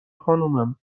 خانومم